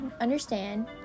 understand